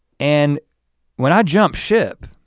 and when i jumped ship,